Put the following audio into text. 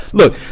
look